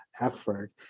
effort